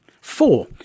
Four